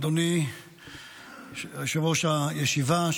אדוני יושב-ראש הישיבה,